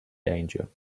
danger